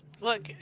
Look